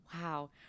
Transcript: wow